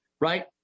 right